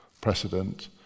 precedent